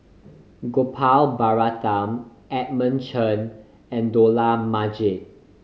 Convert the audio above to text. Gopal Baratham Edmund Chen and Dollah Majid